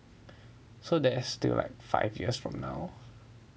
so that's still like five years from now